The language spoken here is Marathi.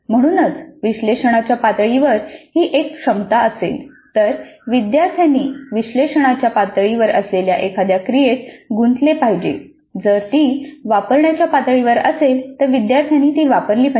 म्हणूनच विश्लेषणाच्या पातळीवर ही एक क्षमता असेल तर विद्यार्थ्यांनी विश्लेषणाच्या पातळीवर असलेल्या एखाद्या क्रियेत गुंतले पाहिजे जर ती वापरण्याच्या पातळीवर असेल तर विद्यार्थ्यांनी ती वापरली पाहिजे